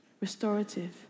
restorative